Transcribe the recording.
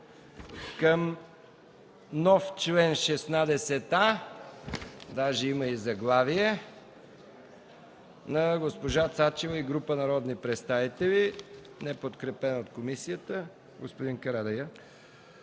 към нов чл. 16а, даже има и заглавие, на госпожа Цачева и група народни представители, неподкрепен от комисията. Заповядайте,